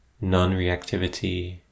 non-reactivity